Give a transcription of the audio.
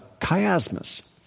chiasmus